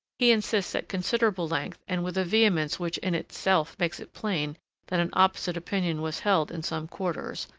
he insists at considerable length, and with a vehemence which in itself makes it plain that an opposite opinion was held in some quarters,